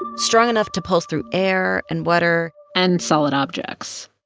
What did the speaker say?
and strong enough to pulse through air and water. and solid objects.